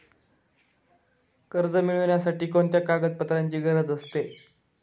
कर्ज मिळविण्यासाठी कोणत्या कागदपत्रांची गरज असते?